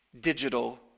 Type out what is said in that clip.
digital